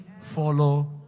follow